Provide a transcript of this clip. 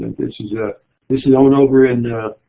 this is ah this is on over in